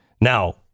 Now